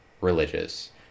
religious